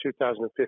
2015